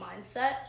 mindset